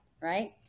right